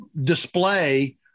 display